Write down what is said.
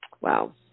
Wow